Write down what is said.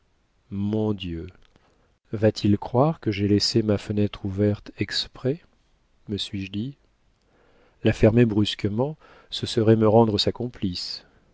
mon dieu va-t-il croire que j'ai laissé ma fenêtre ouverte exprès me suis-je dit la fermer brusquement ce serait me rendre sa complice